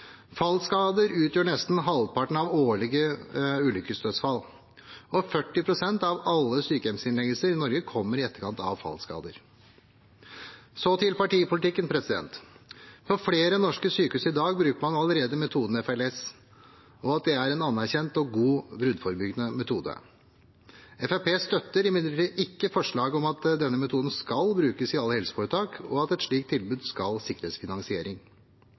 Fallskader utgjør nesten halvparten av årlige ulykkesdødsfall, og 40 pst. av alle sykehjemsinnleggelser i Norge kommer i etterkant av fallskader. Så til partipolitikken: På flere norske sykehus i dag bruker man allerede metoden FLS. Det er en anerkjent og god bruddforebyggende metode. Fremskrittspartiet støtter imidlertid ikke forslaget om at denne metoden skal brukes i alle helseforetak, og at et slikt tilbud skal sikres finansiering.